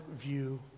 view